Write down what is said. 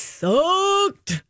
sucked